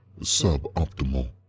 suboptimal